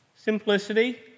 Simplicity